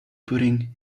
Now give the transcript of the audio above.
pudding